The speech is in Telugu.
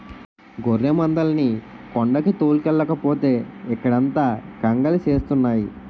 గొర్రెమందల్ని కొండకి తోలుకెల్లకపోతే ఇక్కడంత కంగాలి సేస్తున్నాయి